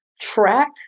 track